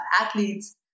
athletes